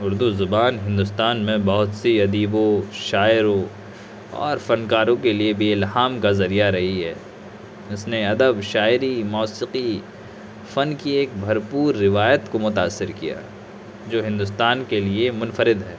اردو زبان ہندوستان میں بہت سی ادیبوں شاعروں اور فنکاروں کے لیے بھی الہام کا ذریعہ رہی ہے اس نے ادب شاعری موسیقی فن کی ایک بھر پور روایت کو متأثر کیا جو ہندوستان کے لیے منفرد ہے